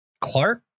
Clark